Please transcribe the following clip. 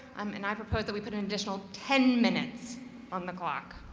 um and i propose that we put an additional ten minutes on the clock.